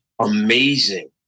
amazing